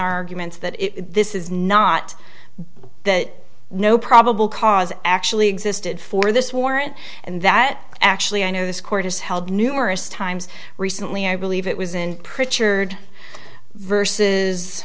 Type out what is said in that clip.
arguments that this is not that no probable cause actually existed for this warrant and that actually i know this court has held numerous times recently i believe it was in